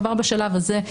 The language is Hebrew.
-- כבר בשלב הזה,